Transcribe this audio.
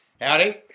Howdy